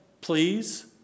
Please